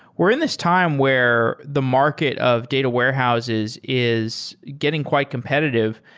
we're in this time where the market of data warehouses is getting quite competitive.